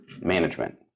management